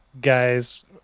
guys